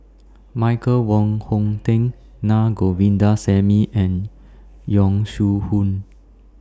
Michael Wong Hong Teng Na Govindasamy and Yong Shu Hoong